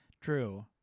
True